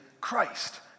Christ